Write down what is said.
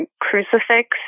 crucifix